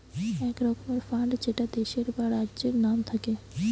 এক রকমের ফান্ড যেটা দেশের বা রাজ্যের নাম থাকে